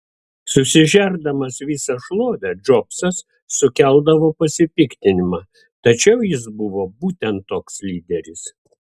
susižerdamas visą šlovę džobsas sukeldavo pasipiktinimą tačiau jis buvo būtent toks lyderis